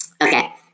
okay